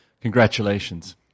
Congratulations